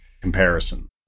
comparison